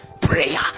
Prayer